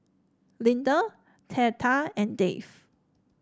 Linda Theta and Dave